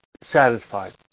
satisfied